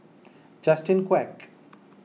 Justin Quek